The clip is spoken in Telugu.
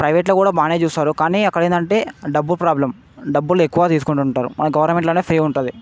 ప్రైవేట్లో కూడా బాగా చూస్తారు కానీ అక్కడ ఏంటంటే డబ్బు ప్రాబ్లెమ్ డబ్బులు ఎక్కువ తీసుకుంటు ఉంటారు మన గవర్నమెంట్లో ఫ్రీ ఉంటుంది